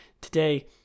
today